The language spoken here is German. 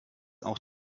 auch